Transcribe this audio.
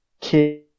kid